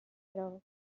trobes